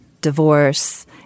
divorce